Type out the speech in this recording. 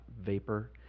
vapor